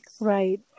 Right